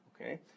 okay